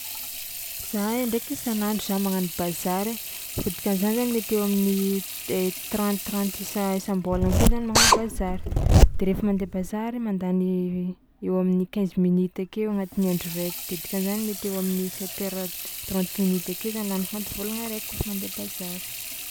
Za indraiky isan'andro za magnano bazary ai fo dikan'izany zany mety eo amin'ny te- trente trente isa- isam-bôlagna ake zany magnano bazary de rehefa mandeha bazary mandany eo amin'ny quinze minutes ake agnatin'ny andro raiky de dikan'izany mety eo amin'ny sept heures trente minutes ake zany laniko agnatin'ny vôlagna araiky kaofa mandeha bazary.